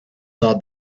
saw